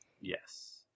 Yes